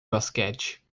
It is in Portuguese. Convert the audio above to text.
basquete